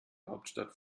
hauptstadt